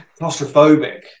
claustrophobic